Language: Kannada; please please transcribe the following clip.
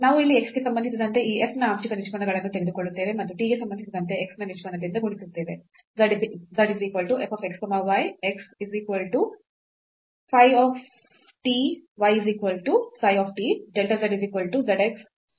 ನಾವು ಇಲ್ಲಿ x ಗೆ ಸಂಬಂಧಿಸಿದಂತೆ ಈ f ನ ಆಂಶಿಕ ನಿಷ್ಪನ್ನಗಳನ್ನು ತೆಗೆದುಕೊಳ್ಳುತ್ತೇವೆ ಮತ್ತು t ಗೆ ಸಂಬಂಧಿಸಿದಂತೆ x ನ ನಿಷ್ಪನ್ನದಿಂದ ಗುಣಿಸುತ್ತೇವೆ